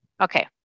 Okay